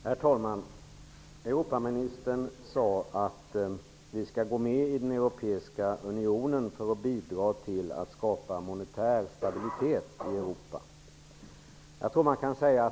Herr talman! Europaministern sade att vi skall gå med i den europeiska unionen för att bidra till att skapa monetär stabilitet i Europa.